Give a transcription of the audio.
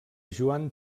joan